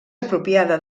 apropiada